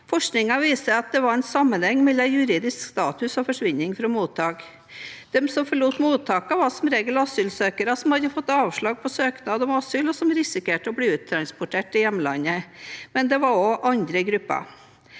Forskningen viste at det var en sammenheng mellom juridisk status og forsvinning fra mottak. De som forlot mottak, var som regel asylsøkere som hadde fått avslag på søknad om asyl og risikerte å bli uttransportert til hjemlandet, men det var også andre grupper.